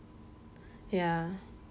ya